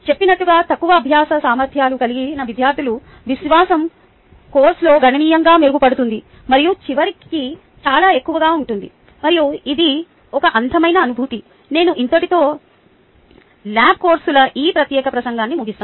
చెప్పినట్లుగా తక్కువ అభ్యాస సామర్ధ్యాలు కలిగిన విద్యార్థుల విశ్వాసం కోర్సులో గణనీయంగా మెరుగుపడుతుంది మరియు చివరికి చాలా ఎక్కువగా ఉంటుంది మరియు ఇది ఒక అందమైన అనుభూతి నేను ఇంతటితో ల్యాబ్ కోర్సుల ఈ ప్రత్యేక ప్రసంగాన్ని ముగిస్తాను